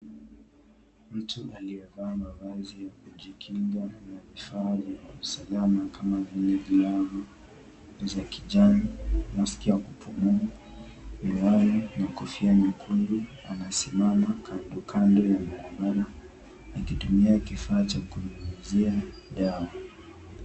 Mtu aliyevaa mavazi ya kujikinga na vifaa vya usalama kama vile glavu za kijani, maski ya kupumua, miwani na kofia nyekundu, amesimama kando kando ya barabara akitumia kifaa cha kunyunyuzia dawa.